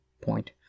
point